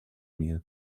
meal